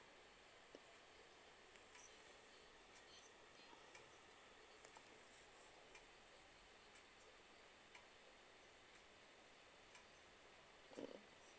mm